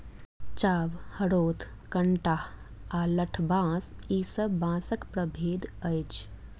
चाभ, हरोथ, कंटहा आ लठबाँस ई सब बाँसक प्रभेद अछि